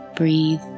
Breathe